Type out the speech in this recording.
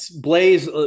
Blaze